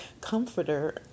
comforter